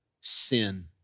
sin